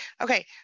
Okay